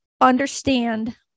understand